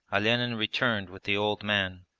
olenin returned with the old man.